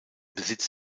besitz